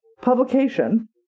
publication